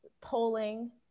polling